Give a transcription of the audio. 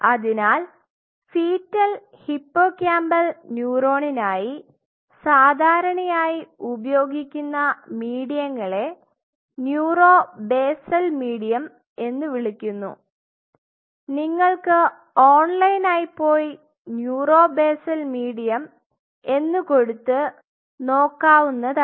അതിനാൽ fetal hippocampal ന്യൂറോണിനായി സാധാരണയായി ഉപയോഗിക്കുന്ന മീഡിയങ്ങളെ ന്യൂറോ ബേസൽ മീഡിയം എന്ന് വിളിക്കുന്നു നിങ്ങൾക്ക് ഓൺലൈനിൽ പോയി ന്യൂറോ ബേസല് മീഡിയം എന്ന് കൊടുത് നോക്കാവുന്നതാണ്